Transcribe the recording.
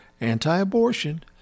anti-abortion